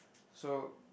so